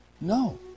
No